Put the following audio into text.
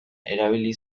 erabili